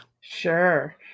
Sure